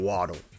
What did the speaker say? Waddle